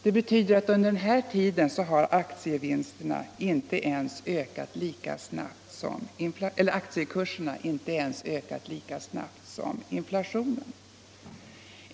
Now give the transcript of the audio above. Det betyder att aktiekurserna under den här tiden inte ökat ens lika snabbt som inflationen.